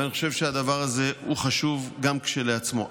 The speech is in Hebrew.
ואני חושב שהדבר הזה הוא חשוב גם כשלעצמו.